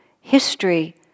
history